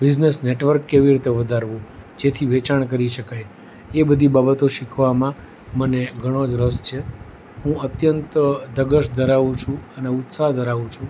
business network કેવી રીતે વધારવું જેથી વેચાણ કરી શકાય એ બધી બાબતો શીખવામાં મને ઘણો જ રસ છે હું અત્યંત ધગશ ધરાવું છું અને ઉત્સાહ ધરાવું છું